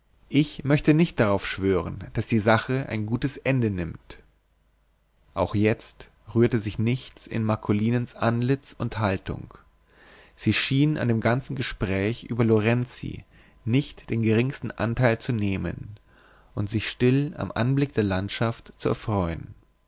ich möchte nicht darauf schwören daß die sache ein gutes ende nimmt auch jetzt rührte sich nichts in marcolinens antlitz und haltung sie schien an dem ganzen gespräch über lorenzi nicht den geringsten anteil zu nehmen und sich still am anblick der landschaft zu erfreuen